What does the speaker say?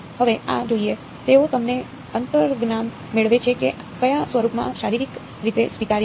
હવે આ જોઈને તેઓ તમને અંતર્જ્ઞાન મેળવે છે કે કયા સ્વરૂપમાં શારીરિક રીતે સ્વીકાર્ય છે